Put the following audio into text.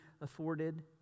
afforded